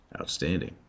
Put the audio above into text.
Outstanding